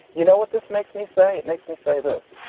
you know what this makes me say? it makes me say this.